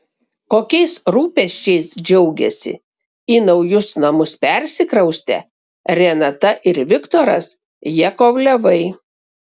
kokiais rūpesčiais džiaugiasi į naujus namus persikraustę renata ir viktoras jakovlevai